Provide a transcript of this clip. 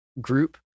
group